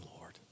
Lord